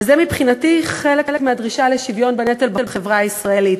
וזה מבחינתי חלק מהדרישה לשוויון בנטל בחברה הישראלית.